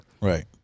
Right